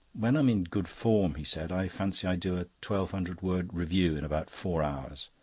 when i'm in good form, he said, i fancy i do a twelve-hundred-word review in about four hours.